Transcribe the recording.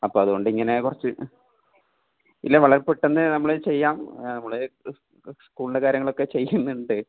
അപ്പോൾ അതുകൊണ്ടിങ്ങനെ കുറച്ച് ഇല്ല വളരെ പെട്ടെന്ന് നമ്മളത് ചെയ്യാം നമ്മൾ നമ്മൾ സ്കൂളിൻ്റെ കാര്യങ്ങളൊക്കെ ചെയ്യുന്നുണ്ട്